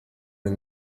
ari